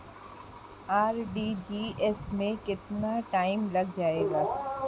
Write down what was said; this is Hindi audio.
आर.टी.जी.एस में कितना टाइम लग जाएगा?